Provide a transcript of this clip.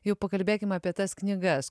jau pakalbėkim apie tas knygas